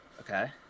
Okay